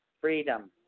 Freedom